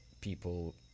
people